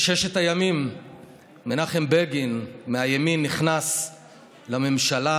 בששת הימים מנחם בגין מהימין נכנס לממשלה,